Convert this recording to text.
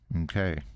Okay